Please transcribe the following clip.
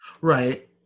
Right